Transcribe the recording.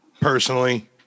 personally